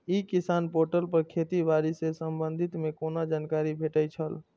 ई किसान पोर्टल पर खेती बाड़ी के संबंध में कोना जानकारी भेटय छल?